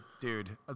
dude